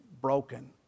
broken